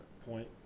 Point